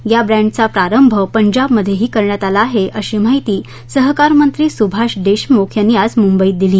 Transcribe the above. या ब्रॅण्डचा प्रारंभ पंजाबमध्येही करण्यात आला आहे अशी माहिती सहकार मंत्री सुभाष देशमुख यांनी आज मुंबईत दिली